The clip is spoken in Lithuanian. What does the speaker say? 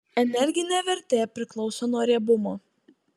energinė vertė priklauso nuo riebumo